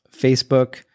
Facebook